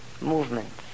movements